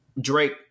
Drake